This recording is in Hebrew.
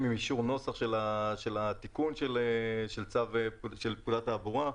עם אישור נוסח של התיקון של פקודת התעבורה,